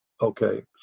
okay